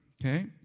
okay